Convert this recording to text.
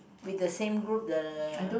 with the same group the